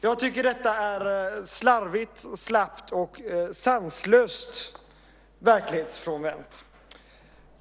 Jag tycker att detta är slarvigt, slappt och sanslöst verklighetsfrånvänt.